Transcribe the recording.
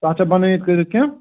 تتھ چھا بَنٲوِتھ کٔرِتھ کیٚنٛہہ